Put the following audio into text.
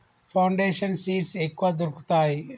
Foundation seeds ఎక్కడ దొరుకుతాయి?